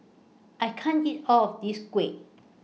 I can't eat All of This Kuih